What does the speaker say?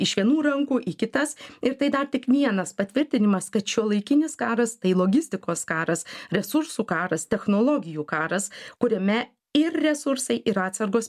iš vienų rankų į kitas ir tai dar tik vienas patvirtinimas kad šiuolaikinis karas tai logistikos karas resursų karas technologijų karas kuriame ir resursai ir atsargos